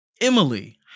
emily